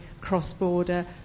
cross-border